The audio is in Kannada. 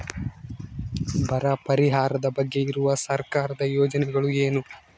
ಬರ ಪರಿಹಾರದ ಬಗ್ಗೆ ಇರುವ ಸರ್ಕಾರದ ಯೋಜನೆಗಳು ಏನು?